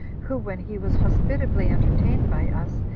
who, when he was hospitably entertained by us,